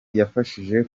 yafashije